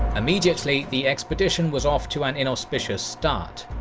immediately the expedition was off to an inauspicious start.